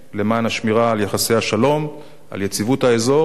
השמירה על יחסי השלום ועל היציבות באזור ולמען